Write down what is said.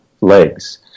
legs